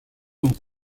ont